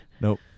Nope